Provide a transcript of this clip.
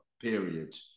period